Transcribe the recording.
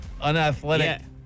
unathletic